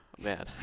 Man